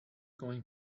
going